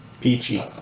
peachy